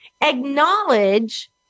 Acknowledge